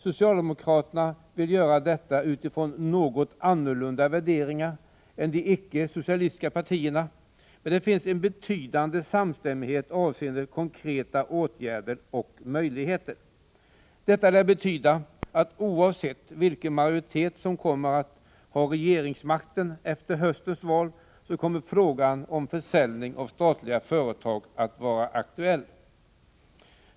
Socialdemokraterna vill göra det utifrån något annorlunda värderingar än de icke socialistiska partierna, men det finns en betydande samstämmighet avseende konkreta åtgärder och möjligheter. Detta lär betyda att oavsett vilken majoritet som kommer att ha regeringsmakten efter höstens val, så kommer frågan om försäljning av statliga företag att vara aktuell.